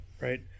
right